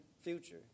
Future